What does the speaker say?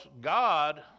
God